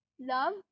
Love